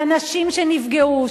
ואנשים שנפגעו,